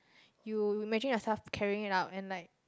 you imagine yourself carrying it out and like